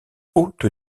haute